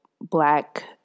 Black